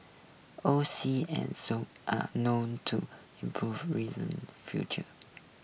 O C and zone are known to improve reason future